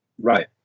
Right